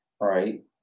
right